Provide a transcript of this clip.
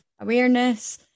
awareness